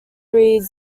reed